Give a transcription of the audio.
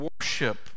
worship